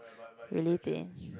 really thin